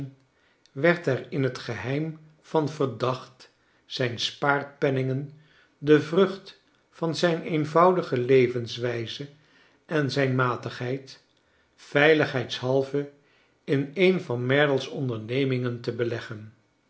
werd er in het geheim van verdacht zijn spaarpenningen de vrucht van zijn eenvoudige levenswrjze en zijn matigheid veiligheidshalve in een van merdle's ondernemingen te beleggen